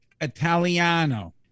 Italiano